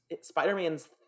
Spider-Man's